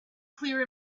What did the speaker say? clear